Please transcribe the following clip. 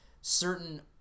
certain